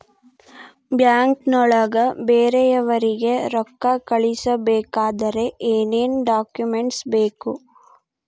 ಬ್ಯಾಂಕ್ನೊಳಗ ಬೇರೆಯವರಿಗೆ ರೊಕ್ಕ ಕಳಿಸಬೇಕಾದರೆ ಏನೇನ್ ಡಾಕುಮೆಂಟ್ಸ್ ಬೇಕು?